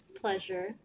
pleasure